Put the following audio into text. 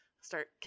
Start